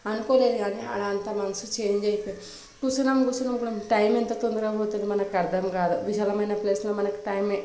అనుకోలేదు గానీ అదంతా మనసుకు చేంజ్ అయిపోయే కూసున్నాం కూసున్నాం టైం ఎంత తొందరగా పోతుందో మనకు అర్థం కాదు విశాలమైన ప్లేస్లో మనకు టైం